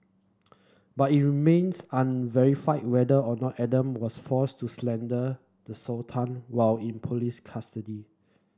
but it remains unverified whether or not Adam was forced to slander the Sultan while in police custody